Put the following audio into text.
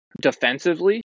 defensively